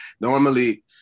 normally